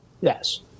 yes